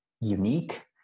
unique